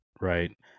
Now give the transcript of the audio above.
Right